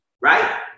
right